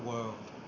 world